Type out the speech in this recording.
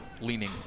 leaning